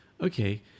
Okay